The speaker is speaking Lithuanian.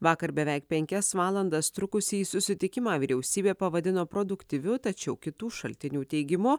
vakar beveik penkias valandas trukusį susitikimą vyriausybė pavadino produktyviu tačiau kitų šaltinių teigimu